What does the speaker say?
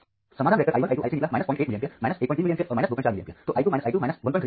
तो समाधान vector i 1 i 2 i 3 निकला 08 मिली एम्पीयर 13 मिली एम्पीयर और 24 मिली एम्पीयर